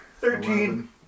Thirteen